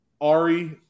Ari